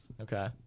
Okay